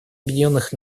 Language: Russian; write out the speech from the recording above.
объединенных